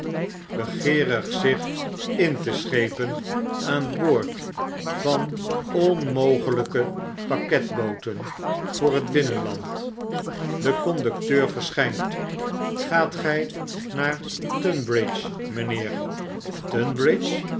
begeerig zich in te schepen aan boord van onmogelpe pakketbooten voor het binnenland de conducteur verschijnt gaat gi naar tunbridge mgnheer tunbridge